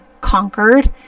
conquered